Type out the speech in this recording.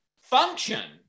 function